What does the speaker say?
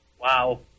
Wow